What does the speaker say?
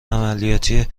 عملیاتی